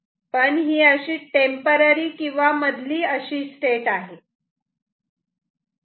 आणि ही टेम्पररी किंवा मधलीच अशी स्टेट आहे